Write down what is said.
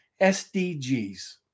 SDGs